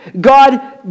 God